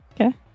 Okay